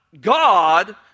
god